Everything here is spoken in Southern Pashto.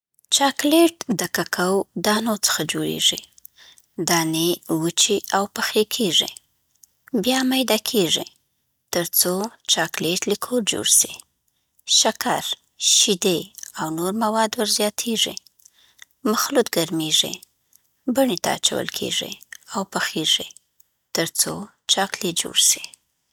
چاکلیټ د ککو دانو څخه جوړېږي. دانې وچې او پخې کېږي، بیا میده کېږي تر څو چاکلیټ لیکور جوړ سي. شکر، شیدې، او نور مواد ورزیاتېږي، مخلوط ګرمیږي، بڼې ته اچول کېږي او پخېږي تر څو چاکلیټ جوړ سي.